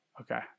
okay